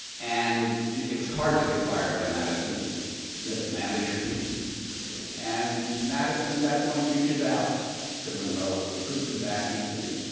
and it was hard to get fired by madison. but smith managed too and madison at that point reaches out to monroe. recruits him back in to the